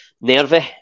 nervy